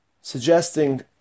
suggesting